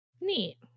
Neat